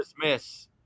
dismiss